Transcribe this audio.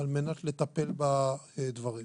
על-מנת לטפל בדברים.